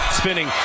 spinning